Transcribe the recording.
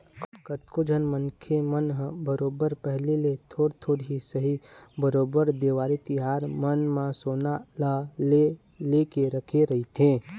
कतको झन मनखे मन ह बरोबर पहिली ले थोर थोर ही सही बरोबर देवारी तिहार मन म सोना ल ले लेके रखे रहिथे